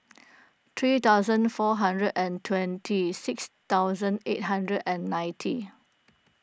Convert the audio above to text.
three thousand four hundred and twenty six thousand eight hundred and ninety